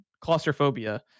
claustrophobia